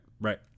Right